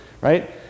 right